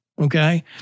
Okay